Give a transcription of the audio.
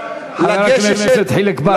חבר הכנסת חיליק בר,